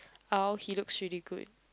how he looks really good